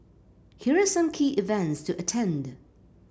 here are some key events to attend